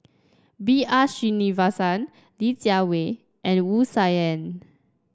B R Sreenivasan Li Jiawei and Wu Tsai Yen